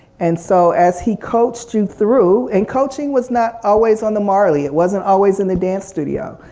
and so as he coached you through and coaching was not always on the marley it wasn't always in the dance studio.